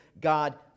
God